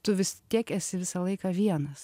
tu vis tiek esi visą laiką vienas